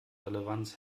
relevanz